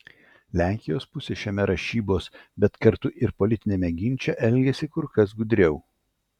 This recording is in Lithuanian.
lenkijos pusė šiame rašybos bet kartu ir politiniame ginče elgiasi kur kas gudriau